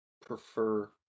prefer